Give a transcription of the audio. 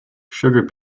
sugar